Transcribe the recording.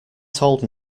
told